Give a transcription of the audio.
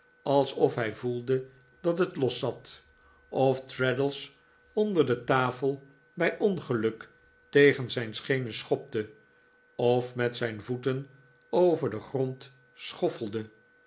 alsof hij voelde dat het loszat of traddles onder de tafel bij ongeluk tegen zijn schenen schopte of met zijn voeten over den grond schoffelde